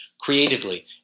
creatively